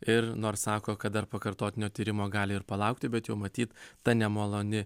ir nors sako kad dar pakartotinio tyrimo gali ir palaukti bet jau matyt ta nemaloni